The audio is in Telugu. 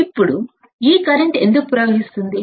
ఇప్పుడు ఈ కరెంట్ ఎందుకు ప్రవహిస్తుంది